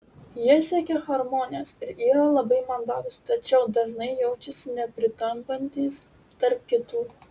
jie siekia harmonijos ir yra labai mandagūs tačiau dažnai jaučiasi nepritampantys tarp kitų